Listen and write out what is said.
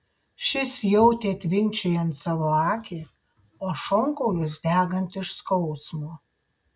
šis jautė tvinkčiojant savo akį o šonkaulius degant iš skausmo